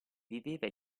viveva